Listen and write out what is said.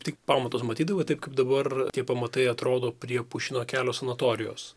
tik pamatus matydavau taip kaip dabar tie pamatai atrodo prie pušyno kelio sanatorijos